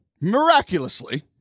miraculously